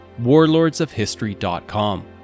warlordsofhistory.com